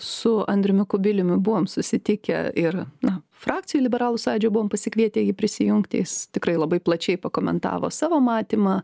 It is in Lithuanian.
su andriumi kubiliumi buvom susitikę ir na frakcija liberalų sąjūdžio buvom pasikvietę jį prisijungti jis tikrai labai plačiai pakomentavo savo matymą